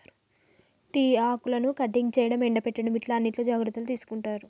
tea ఆకులను cutting చేయడం, ఎండపెట్టడం ఇట్లా అన్నిట్లో జాగ్రత్తలు తీసుకుంటారు